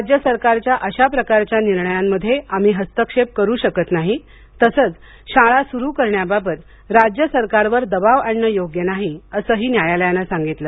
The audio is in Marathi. राज्य सरकारच्या अशा प्रकारच्या निर्णयांमध्ये आम्ही हस्तक्षेप करू शकत नाही तसेच शाळा सुरू करण्याबाबत राज्य सरकारवर दबाव आणणे योग्य नाही असेही न्यायालयाने सांगितले